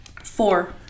four